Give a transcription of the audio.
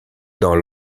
dans